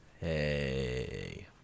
Hey